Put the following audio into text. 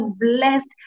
blessed